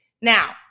Now